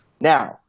Now